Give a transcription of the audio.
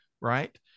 right